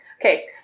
Okay